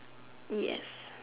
yes